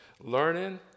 learning